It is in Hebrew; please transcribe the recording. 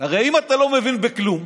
הרי אם אתה לא מבין בכלום,